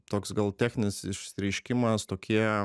toks gal techninis išsireiškimas tokie